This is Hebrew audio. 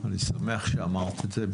אני שמח שאמרת את זה.